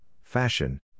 fashion